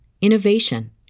innovation